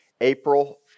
April